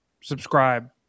subscribe